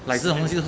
like 思东西的时候